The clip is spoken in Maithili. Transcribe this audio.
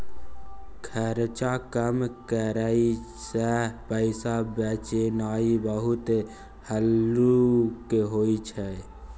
खर्चा कम करइ सँ पैसा बचेनाइ बहुत हल्लुक होइ छै